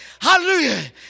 Hallelujah